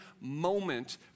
moment